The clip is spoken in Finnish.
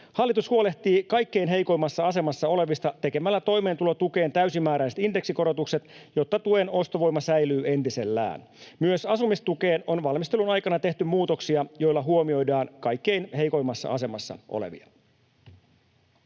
Hallitus huolehtii kaikkein heikoimmassa asemassa olevista tekemällä toimeentulotukeen täysimääräiset indeksikorotukset, jotta tuen ostovoima säilyy entisellään. Myös asumistukeen on valmistelun aikana tehty muutoksia, joilla huomioidaan kaikkein heikoimmassa asemassa olevia.